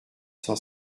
cent